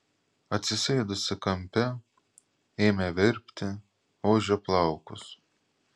atsisėdusi kampe ėmė verpti ožio plaukus